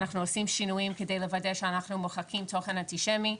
אנחנו עושים שינויים כדי לוודא שאנחנו מוחקים תוכן אנטישמי.